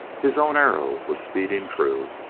his own arrow was speeding true.